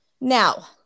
now